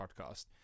podcast